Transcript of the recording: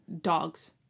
dogs